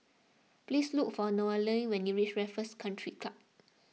please look for Noelia when you reach Raffles Country Club